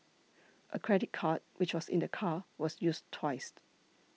a credit card which was in the car was used twice